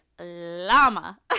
llama